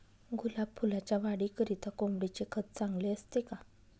गुलाब फुलाच्या वाढीकरिता कोंबडीचे खत चांगले असते का?